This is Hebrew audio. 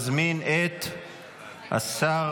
נוספות) (הוראת שעה)